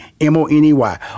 M-O-N-E-Y